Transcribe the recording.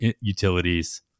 utilities